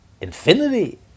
Infinity